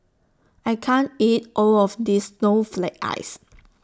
I can't eat All of This Snowflake Ice